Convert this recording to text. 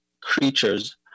creatures